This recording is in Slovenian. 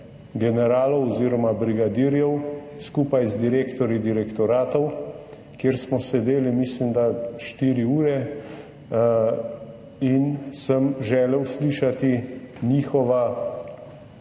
generalov oziroma brigadirjev skupaj z direktorji direktoratov, kjer smo sedeli, mislim da, 4 ure in sem želel slišati njihovo